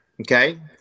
okay